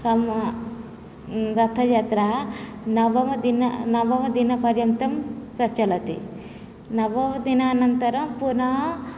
रथयात्रा नवमदिन नवमदिनपर्यन्तं प्रचलति नवमदिनानन्तरं पुनः